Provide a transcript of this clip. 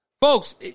Folks